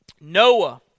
Noah